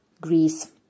Greece